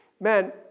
Man